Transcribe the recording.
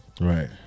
right